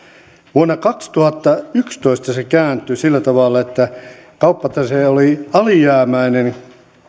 vuonna kaksituhattayksitoista se kääntyi sillä tavalla että kauppatase oli alijäämäinen